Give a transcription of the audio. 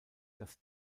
dass